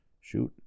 shoot